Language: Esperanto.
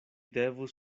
devus